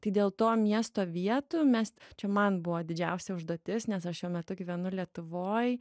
tai dėl to miesto vietų mes čia man buvo didžiausia užduotis nes aš šiuo metu gyvenu lietuvoj